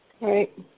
Right